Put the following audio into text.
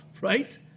right